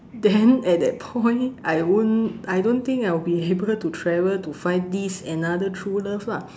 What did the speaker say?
then at that point I won't I don't think I will be able to travel to find this another true love lah